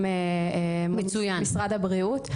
גם מול משרד הבריאות.